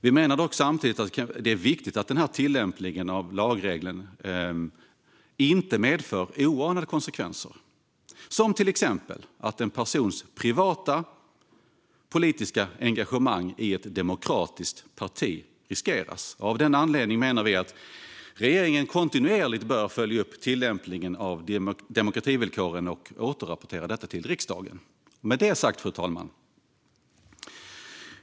Vi menar dock samtidigt att det är viktigt att tillämpningen av lagen inte medför oanade konsekvenser, till exempel att en persons privata politiska engagemang i ett demokratiskt parti riskeras. Av den anledningen menar vi att regeringen kontinuerligt bör följa upp tillämpningen av demokrativillkoren och återrapportera till riksdagen. Fru talman!